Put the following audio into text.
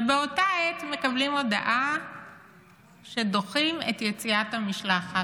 באותה עת מקבלים הודעה שדוחים את יציאת המשלחת,